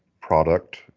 product